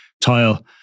tile